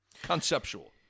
Conceptual